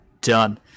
done